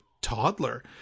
toddler